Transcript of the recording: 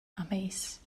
amheus